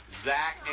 Zach